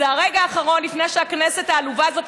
זה הרגע האחרון לפני שהכנסת העלובה הזו,